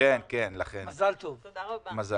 מזל טוב.